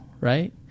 right